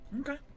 Okay